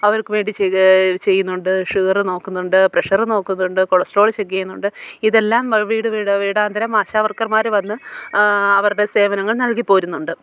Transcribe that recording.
അവർക്കു വേണ്ടി ചെയ്യുന്നുണ്ട് ഷുഗറ് നോക്കുന്നുണ്ട് പ്രഷറ് നോക്കുന്നുണ്ട് കൊളസ്ട്രോള് ചെക്ക് ചെയ്യുന്നുണ്ട് ഇതെല്ലം വീട് വീടു വീടാന്തരം ആശാവർക്കർമാർ വന്ന് അവരുടെ സേവനങ്ങൾ നൽകി പോരുന്നുണ്ട്